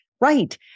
right